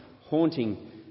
haunting